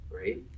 right